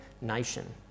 nation